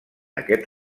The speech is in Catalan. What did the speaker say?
aquest